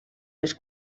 les